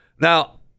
Now